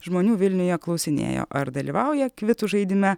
žmonių vilniuje klausinėjo ar dalyvauja kvitų žaidime